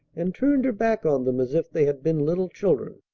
and turned her back on them as if they had been little children.